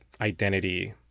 identity